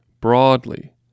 broadly